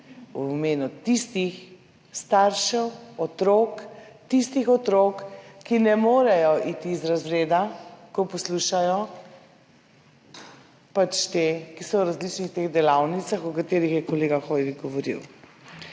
v imenu tistih staršev otrok, tistih otrok, ki ne morejo iti iz razreda, ko poslušajo te, ki so v različnih delavnicah, o katerih je kolega Hoivik govoril.